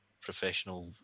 professional